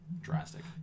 drastic